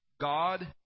God